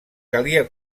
calia